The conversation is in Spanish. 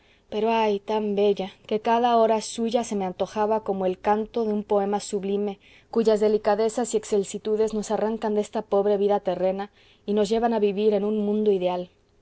pero ay tan bella que cada hora suya se me antojaba como el canto de un poema sublime cuyas delicadezas y excelsitudes nos arrancan de esta pobre vida terrena y nos llevan a vivir en un mundo ideal